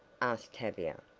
asked tavia.